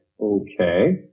Okay